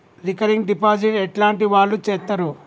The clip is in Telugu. రికరింగ్ డిపాజిట్ ఎట్లాంటి వాళ్లు చేత్తరు?